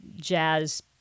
Jazz